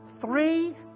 three